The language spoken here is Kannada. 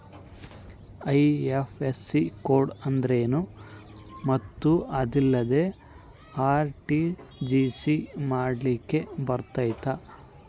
ಐ.ಎಫ್.ಎಸ್.ಸಿ ಕೋಡ್ ಅಂದ್ರೇನು ಮತ್ತು ಅದಿಲ್ಲದೆ ಆರ್.ಟಿ.ಜಿ.ಎಸ್ ಮಾಡ್ಲಿಕ್ಕೆ ಬರ್ತೈತಾ?